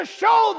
show